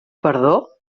perdó